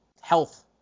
Health